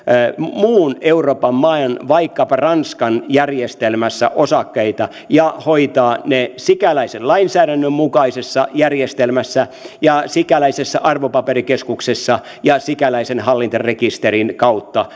muun euroopan maan vaikkapa ranskan järjestelmässä osakkeita ja siellä asiat hoitaa sikäläisen lainsäädännön mukaisessa järjestelmässä ja sikäläisessä arvopaperikeskuksessa ja sikäläisen hallintarekisterin kautta